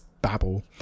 babble